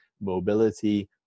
mobility